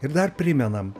ir dar primenam